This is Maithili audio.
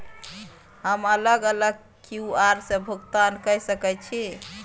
हम अलग अलग क्यू.आर से भुगतान कय सके छि?